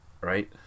Right